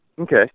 Okay